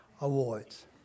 Awards